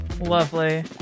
lovely